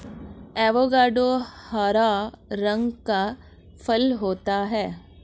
avocado हरा रंग का फल होता है